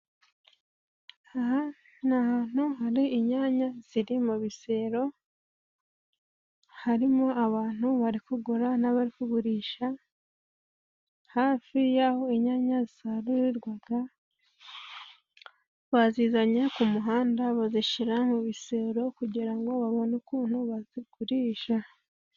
Aha ni ahantu hari inyanya ziri mu bisero. Harimo abantu bari kugura n'abagurisha. Hafi y'aho inyanya zisarurirwa, bazizanye ku muhanda bazishyira mu bisero, kugira ngo babone ukuntu bazigurisha.